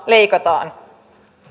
leikataan